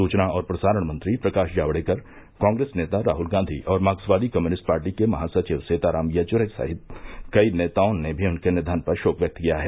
सुचना और प्रसारण मंत्री प्रकाश जावड़ेकर कांग्रेस नेता राहल गांधी और मार्कसवादी कम्युनिस्ट पार्टी के महासचिव सीताराम येचुरी सहित कई नेताओं ने भी उनके निधन पर शोक व्यक्त किया है